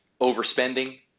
overspending